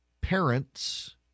parents